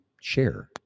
share